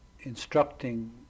instructing